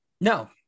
no